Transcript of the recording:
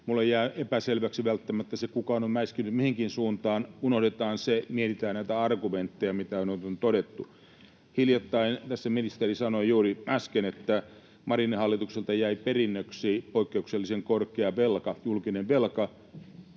Minulle jää epäselväksi väistämättä se, kuka on mäiskinyt mihinkin suuntaan. Unohdetaan se. Mietitään näitä argumentteja, mitä on todettu. Tässä ministeri sanoi juuri äsken, että Marinin hallitukselta jäi perinnöksi poikkeuksellisen korkea velka, julkinen velka.